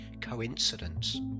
coincidence